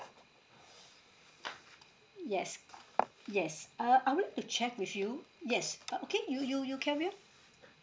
yes yes uh I would like to check with you yes uh okay you you you carry on